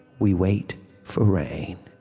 we wait for rain.